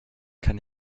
kann